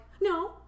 no